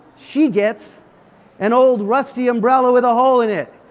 she gets an old rusty umbrella with a hole in it.